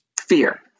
Fear